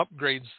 upgrades